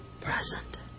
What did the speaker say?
present